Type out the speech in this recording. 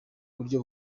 buryo